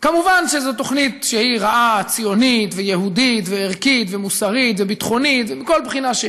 כמובן זאת תוכנית שהיא רעה ציונית ויהודית וערכית ומוסרית וביטחונית,